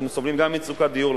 שגם אנחנו סובלים ממצוקת דיור,